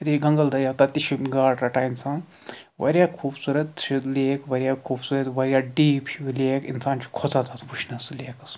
گنگہٕ بَل تَتہِ تہِ چھُ گاڈ رَٹان اِنسان واریاہ خوٗبصوٗرَت چھِ لیک واریاہ خوٗبصوٗرَت واریاہ ڈیٖپ چھِ لیک اِنسان چھُ کھوژان تَتھ وٕچھنَس سُہ لیکَس